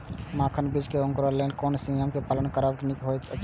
मखानक बीज़ क अंकुरन क लेल कोन नियम क पालन करब निक होयत अछि?